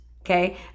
okay